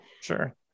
Sure